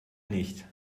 nicht